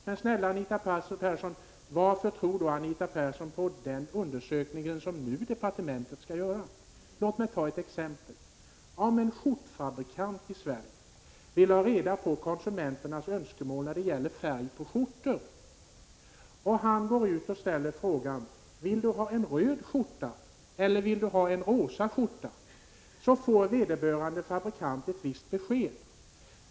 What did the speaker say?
Men varför tror hon då på den undersökning som departementet nu skall göra? Låt mig ta ett exempel. En skjortfabrikant i Sverige vill ha reda på kundernas önskemål när det gäller färgen på skjortor. Han frågar därför: Vill du ha en röd skjorta eller vill du ha en rosa skjorta? Då får vederbörande fabrikant ett visst besked.